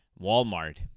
Walmart